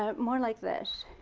ah more like this.